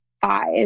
five